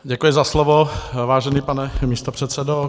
Děkuji za slovo, vážený pane místopředsedo.